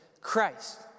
Christ